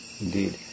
Indeed